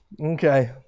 Okay